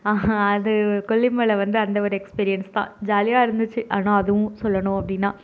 அது கொல்லிமலை வந்து அந்த ஒரு எக்ஸ்பீரியன்ஸ் தான் ஜாலியாக இருந்திச்சு ஆனால் அதுவும் சொல்லணும் அப்படின்னா